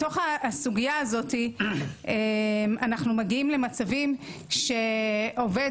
בתוך הסוגיה הזאת אנחנו מגיעים למצבים שעובד